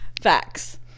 Facts